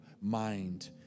mind